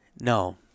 No